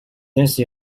these